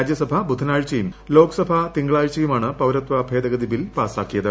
രാജ്യസഭ ബുധനാഴ്ചയും ലോക സഭ തിങ്കളാഴ്ചയുമാണ് പൌരത്വ ഭേദഗതി ബിൽ പാസാക്കിയത്